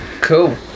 cool